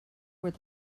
where